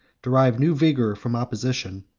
derived new vigor from opposition,